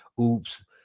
oops